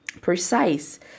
precise